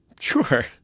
Sure